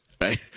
right